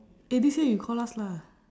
eh this year you call us lah